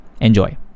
Enjoy